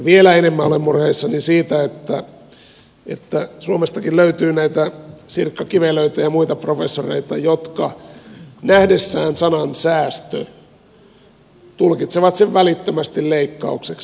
vielä enemmän olen murheissani siitä että suomestakin löytyy näitä sirkkakivelöitä ja muita professoreita jotka nähdessään sanan säästö tulkitsevat sen välittömästi leikkaukseksi